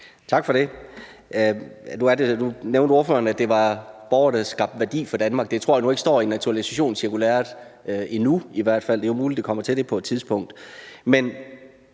Tak for det. Nu nævnte ordføreren, at det var borgere, der skabte værdi for Danmark. Det tror jeg nu ikke står i naturalisationscirkulæret – endnu i hvert fald; det er muligt, det kommer til det på et tidspunkt.